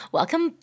Welcome